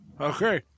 Okay